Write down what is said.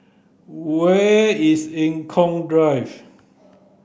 where is Eng Kong Drive